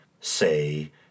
say